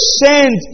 send